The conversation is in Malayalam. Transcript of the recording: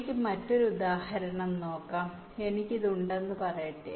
നമുക്ക് മറ്റൊരു ഉദാഹരണം ചെറുതായി സംയോജിപ്പിക്കാം എനിക്ക് ഇത് ഉണ്ടെന്ന് പറയട്ടെ